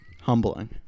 Humbling